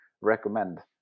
recommend